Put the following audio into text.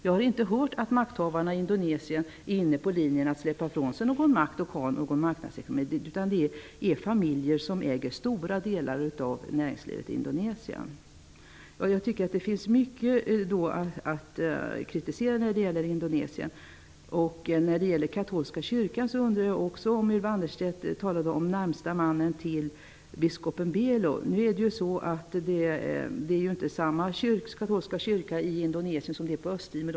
Jag har inte hört att makthavarna i Indonesien är på väg att släppa ifrån sig någon makt och införa en marknadsekonomi. Det är familjer som äger stora delar av näringslivet i Indonesien. Det finns mycket att kritisera när det gäller Indonesien. Ylva Annerstedt talade om biskop Belos närmaste man. Det är ju inte samma katolska kyrka i Indonesien som på Östtimor.